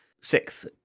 Sixth